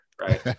right